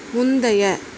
முந்தைய